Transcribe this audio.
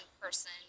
person